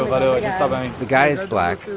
ah but ah yeah but the guy is black,